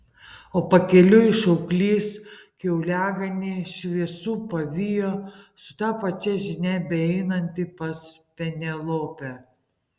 o pakeliui šauklys kiauliaganį šviesų pavijo su ta pačia žinia beeinantį pas penelopę